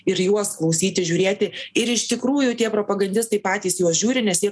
ir juos klausyti žiūrėti ir iš tikrųjų tie propagandistai patys į juos žiūri nes jie